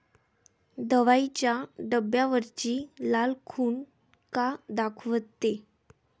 दवाईच्या डब्यावरची लाल खून का दाखवते?